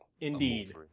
Indeed